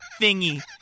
thingy